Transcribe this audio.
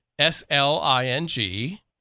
S-L-I-N-G